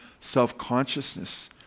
self-consciousness